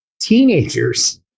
teenagers